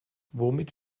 womit